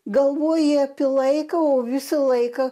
galvoji apie laiką o visą laiką